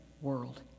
world